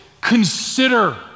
Consider